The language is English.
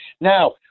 Now